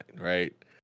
right